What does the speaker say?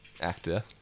Actor